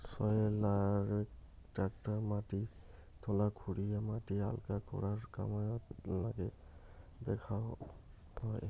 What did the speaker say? সয়েলারক tractor মাটি তলা খুরিয়া মাটি আলগা করার কামাইয়ত নাগে দ্যাওয়াং হই